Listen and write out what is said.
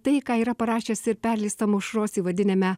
tai ką yra parašęs ir perleistam aušros į vidiniame